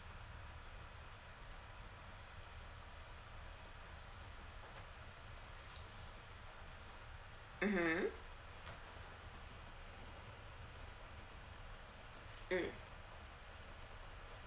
mmhmm mm